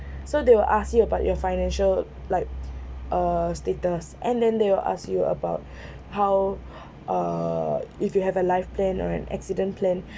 so they will ask you about your financial like uh status and then they will ask you about how err if you have a life plan or an accident plan